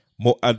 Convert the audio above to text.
more